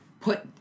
put